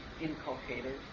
inculcated